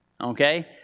Okay